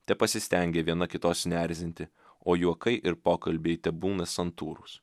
tepasistengia viena kitos neerzinti o juokai ir pokalbiai tebūna santūrūs